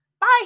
bye